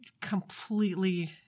completely